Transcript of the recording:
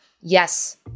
Yes